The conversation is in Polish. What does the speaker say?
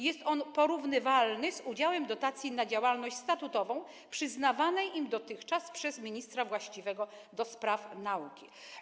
Jest on porównywalny z udziałem dotacji na działalność statutową przyznawanej im dotychczas przez ministra właściwego do spraw nauki.